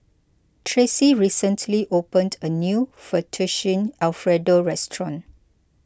Tracie recently opened a new Fettuccine Alfredo restaurant